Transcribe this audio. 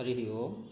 हरिः ओम्